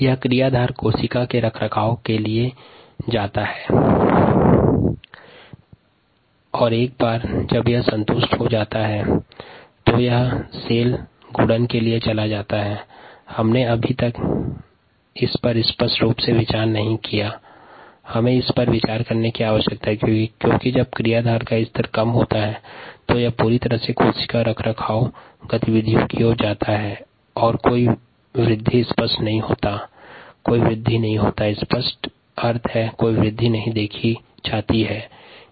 जब क्रियाधार कोशिका रखरखाव के लिए पर्याप्त मात्रा में उपलब्ध हो तब कोशिका गुणन के लिए अग्रेषित होता है परंतु जब क्रियाधार का स्तर कम होता है तब यह पूरी तरह से कोशिका रखरखाव की गतिविधियों में लिप्त रहता है और कोशिका वृद्धि स्पष्ट रूप से नहीं दिखता है